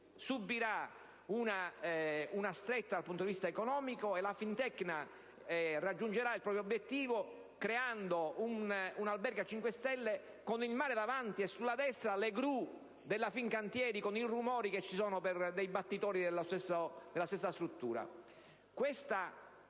subirà una stretta dal punto di vista economico e la Fintecna raggiungerà il proprio obiettivo realizzando un albergo a cinque stelle con il mare davanti, e sulla destra le gru della Fincantieri e i relativi rumori provocati dagli abbattitori della stessa struttura.